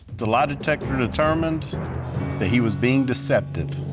the lie detector determined that he was being deceptive.